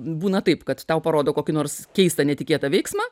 būna taip kad tau parodo kokį nors keistą netikėtą veiksmą